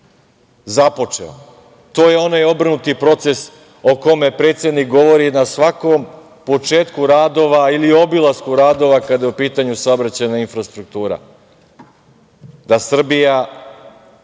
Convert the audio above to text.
započeo. To je onaj obrnuti proces o kome predsednik govori na svakom početku radova ili obilasku radova, kada je u pitanju saobraćajna infrastruktura. Da Srbija